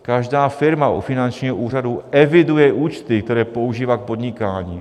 Každá firma u finančního úřadu eviduje účty, které používá k podnikání.